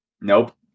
Nope